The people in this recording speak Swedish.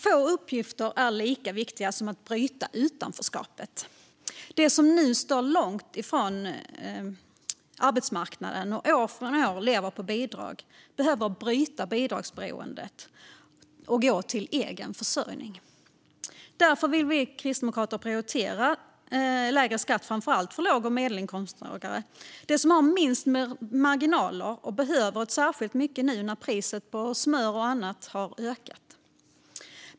Få uppgifter är lika viktiga som att bryta utanförskapet. De som nu står långt ifrån arbetsmarknaden och år efter år lever på bidrag behöver bryta bidragsberoendet och gå till egen försörjning. Därför vill vi kristdemokrater prioritera lägre skatt, framför allt för låg och medelinkomsttagare. De har minst marginaler och behöver dem särskilt mycket nu när priset på smör och annat har ökat.